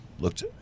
looked